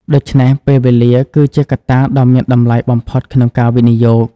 ដូច្នេះ ពេលវេលា គឺជាកត្តាដ៏មានតម្លៃបំផុតក្នុងការវិនិយោគ។